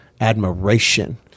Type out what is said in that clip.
admiration